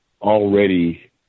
already